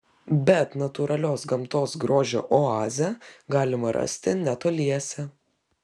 bet natūralios gamtos grožio oazę galima rasti netoliese